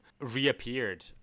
reappeared